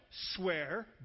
swear